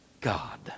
God